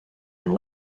and